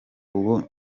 ubu